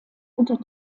unter